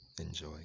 enjoy